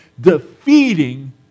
defeating